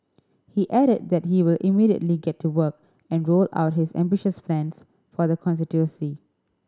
he added that he will immediately get to work and roll out his ambitious plans for the constituency